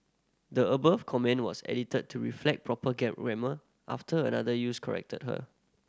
the above comment was edited to reflect proper after another user corrected her